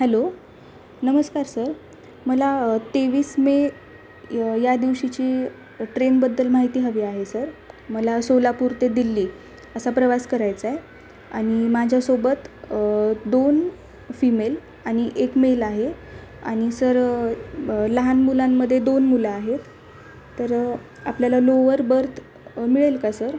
hello नमस्कार sir मला तेवीस मे या दिवशीची ट्रेनबद्दल माहिती हवी आहे सर मला सोलापूर ते दिल्ली असा प्रवास करायचा आहे आणि माझ्यासोबत दोन फीमेल आणि एक मेल आहे आणि सर लहान मुलांमध्ये दोन मुलं आहेत तर आपल्याला लोवर बर्थ मिळेल का सर